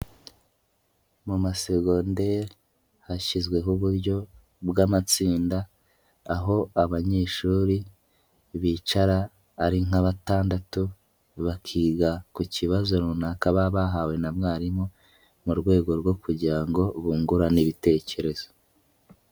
Mu masegonderi hashyizweho uburyo bw'amatsinda aho abanyeshuri bicara ari nka batandatu, bakiga ku kibazo runaka baba bahawe na mwarimu mu rwego rwo kugira ngo bungurane ibitekerezo.